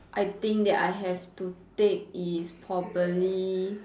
I think that I have to take is properly